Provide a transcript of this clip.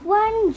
one